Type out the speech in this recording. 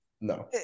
No